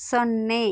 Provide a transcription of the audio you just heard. ಸೊನ್ನೆ